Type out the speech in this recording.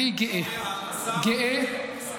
אדוני השר, חקיקת